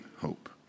hope